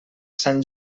sant